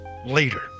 later